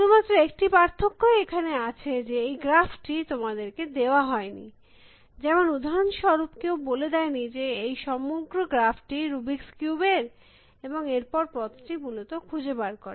শুধুমাত্র একটি পার্থক্যই এখানে আছে যে এই গ্রাফ টি তোমাদের কে দেওয়া হয়নি যেমন উদাহরণস্বরূপ কেউ বলে দেয়নি যে এই সমগ্র গ্রাফ টি রুবিক্স কিউব এর এবং এর পর পথটি মূলত খুঁজে বার করে